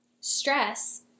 Stress